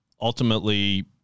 ultimately